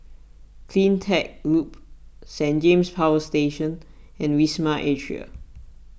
CleanTech Loop Saint James Power Station and Wisma Atria